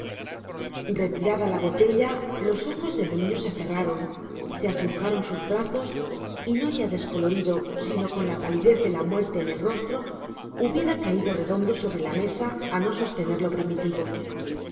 retirada la botella los ojos del niño se cerraron se aflojaron sus brazos y no ya descolorido sino con la palidez de la muerte en el rostro hubiera caído redondo sobre la mesa a no sostenerlo primitivo